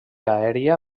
aèria